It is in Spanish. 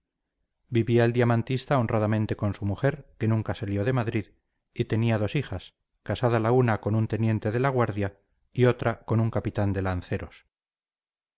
vivía el diamantista honradamente con su mujer que nunca salió de madrid y tenía dos hijas casada la una con un teniente de la guardia y otra con un capitán de lanceros